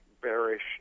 bearish